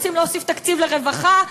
רוצים להוסיף תקציב לרווחה,